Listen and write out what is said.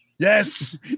Yes